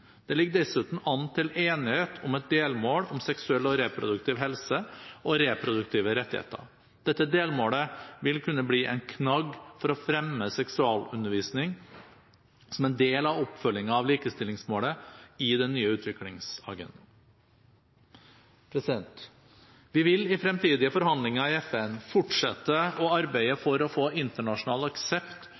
Det ligger dessuten an til enighet om et delmål om seksuell og reproduktiv helse og reproduktive rettigheter. Dette delmålet vil kunne bli en knagg for å fremme seksualundervisning som en del av oppfølgingen av likestillingsmålet i den nye utviklingsagendaen. Vi vil i fremtidige forhandlinger i FN fortsette å arbeide for å få internasjonal aksept